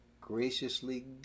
graciously